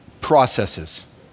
processes